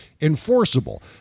enforceable